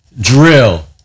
drill